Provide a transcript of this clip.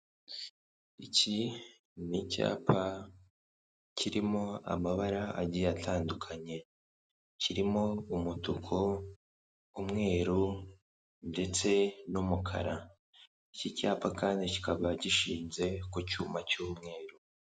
Iki ni icyapa kirimo amabara agiye atandukanye, kirimo umutuku, umweru, ndetse n'umukara. Iki cyapa kandi kikaba gishinze ku cyuma cy'umweru.